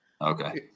Okay